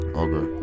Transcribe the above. okay